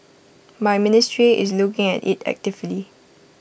my ministry is looking at IT actively